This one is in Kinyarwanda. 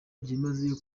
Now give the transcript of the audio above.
byimazeyo